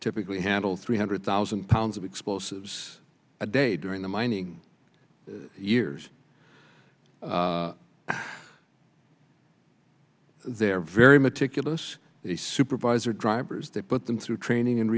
typically handle three hundred thousand pounds of explosives a day during the mining years they're very meticulous the supervisor drivers they put them through training and